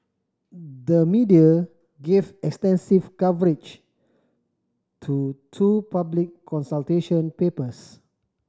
the media gave extensive coverage to two public consultation papers